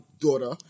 daughter